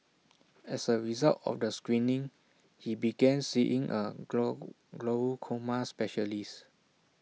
as A result of the screening he began seeing A grow glaucoma specialist